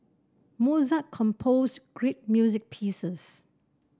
Mozart composed great music pieces